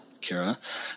Kira